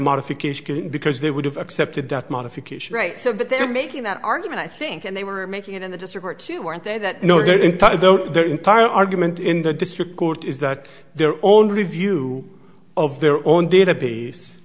modification because they would have accepted that modification right so that they were making that argument i think and they were making it in the district too aren't they that though their entire argument in the district court is that their own review of their own database